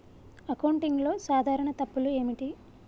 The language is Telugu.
అకౌంటింగ్లో సాధారణ తప్పులు ఏమిటి?